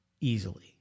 easily